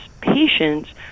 patients